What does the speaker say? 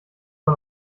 man